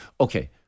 Okay